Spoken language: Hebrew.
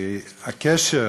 הקשר